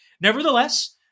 Nevertheless